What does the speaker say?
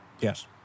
Yes